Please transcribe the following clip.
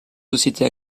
société